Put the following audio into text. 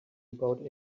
about